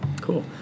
Cool